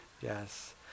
Yes